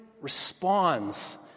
responds